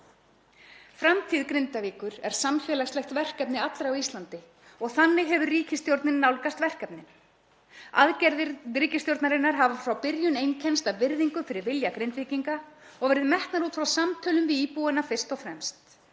Framtíð Grindavíkur er samfélagslegt verkefni allra á Íslandi og þannig hefur ríkisstjórnin nálgast verkefnin. Aðgerðir ríkisstjórnarinnar hafa frá byrjun einkennst af virðingu fyrir vilja Grindvíkinga og verið metnar út frá samtölum við íbúana fyrst og fremst.